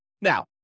Now